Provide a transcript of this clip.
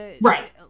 right